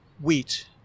wheat